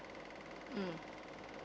mm